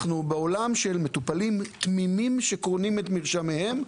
אנחנו בעולם של מטופלים תמימים שקונים את מרשמיהם,